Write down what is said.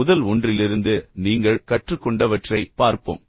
முதல் ஒன்றிலிருந்து நீங்கள் கற்றுக்கொண்டவற்றை விரைவாகப் பார்ப்போம்